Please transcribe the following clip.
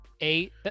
Eight